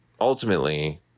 ultimately